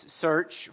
search